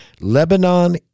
lebanon